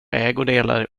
ägodelar